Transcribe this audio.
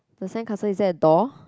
the sandcastle is there a door